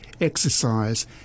exercise